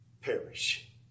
perish